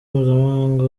mpuzamahanga